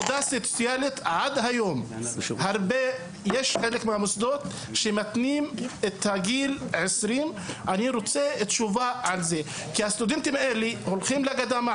עד היום יש חלק מהמוסדות שמתנים את גיל 20 בבית הספר לעבודה סוציאלית.